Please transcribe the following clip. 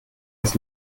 das